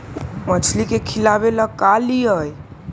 मछली के खिलाबे ल का लिअइ?